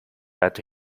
but